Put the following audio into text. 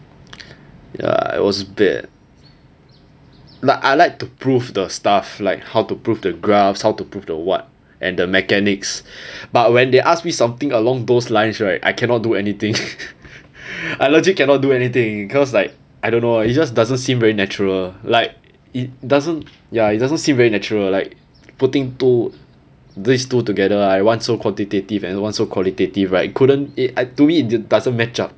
ya it was bad like I like to prove the stuff like how to prove the graphs how to prove the [what] and the mechanics but when they ask me something along those lines right I cannot do anything I legit cannot do anything cause like I don't know it just doesn't seem very natural like it doesn't ya it doesn't seem very natural like putting two these two together like one so quantitative and one so qualitative right couldn't it I to me it doesn't match up